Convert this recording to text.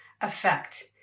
effect